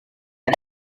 the